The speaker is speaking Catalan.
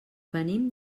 venim